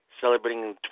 celebrating